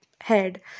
head